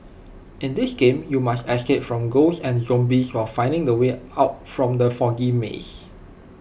in this game you must escape from ghosts and zombies while finding the way out from the foggy maze